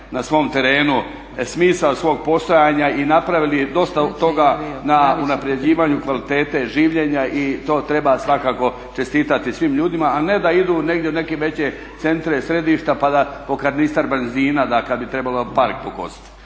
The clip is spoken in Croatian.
na svom terenu smisao svog postojanja i napravili dosta toga na unapređivanju kvalitete življenja i to treba svakako čestitati svim ljudima, a ne da idu u neke veće centre, središta pa da po karnister benzina da kad bi trebalo park pokositi.